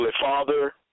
Father